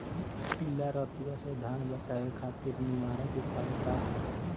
पीला रतुआ से धान बचावे खातिर निवारक उपाय का ह?